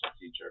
teacher